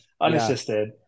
unassisted